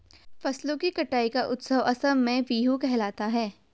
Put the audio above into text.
फसलों की कटाई का उत्सव असम में बीहू कहलाता है